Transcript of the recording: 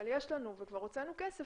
אבל יש לנו וכבר הוצאנו כסף,